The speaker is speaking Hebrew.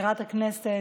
מזכירת הכנסת,